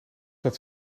dat